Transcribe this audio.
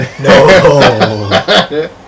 No